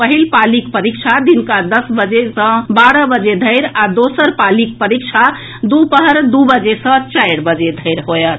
पहिल पालीक परीक्षा दिनुका दस बजे सॅ बारह बजे धरि आ दोसर पालीक परीक्षा दूपहर दू बजे सॅ चारि बजे धरि होएत